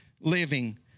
living